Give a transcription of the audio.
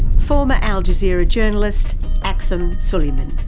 former al jazeera journalist aktham suliman.